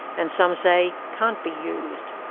and some say can't be used.